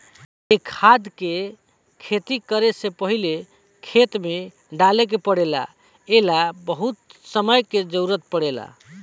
ए खाद के खेती करे से पहिले खेत में डाले के पड़ेला ए ला बहुत समय के जरूरत पड़ेला